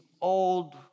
old